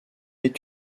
est